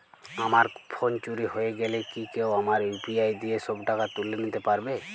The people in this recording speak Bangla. আমার ফোন চুরি হয়ে গেলে কি কেউ আমার ইউ.পি.আই দিয়ে সব টাকা তুলে নিতে পারবে?